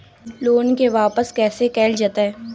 Loan के वापस कैसे कैल जतय?